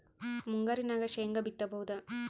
ಮುಂಗಾರಿನಾಗ ಶೇಂಗಾ ಬಿತ್ತಬಹುದಾ?